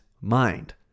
mind